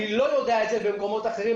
אני לא יודע את זה במקומות אחרים,